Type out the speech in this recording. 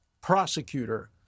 prosecutor